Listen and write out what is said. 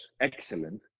Excellent